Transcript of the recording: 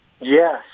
Yes